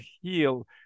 heal